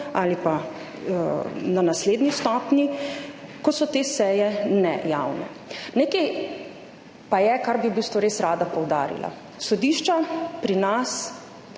ali pa na naslednji stopnji, ko so te seje nejavne. Nekaj pa je, kar bi v bistvu res rada poudarila. Sodišča pri nas